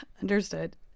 Understood